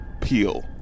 peel